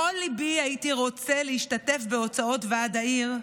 "בכל ליבי הייתי רוצה להשתתף בהוצאות ועד העיר,